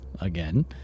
again